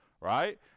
right